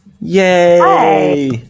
Yay